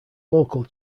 local